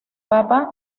papa